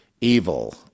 evil